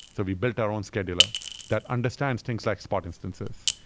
so we built our own scheduler that understands things like spot instances.